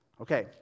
Okay